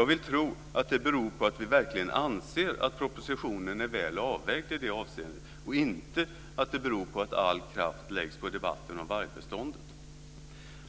Jag vill tro att det beror på att vi verkligen anser att propositionen är väl avvägd i det avseendet och inte att det beror på att all kraft läggs på debatten om vargbeståndet.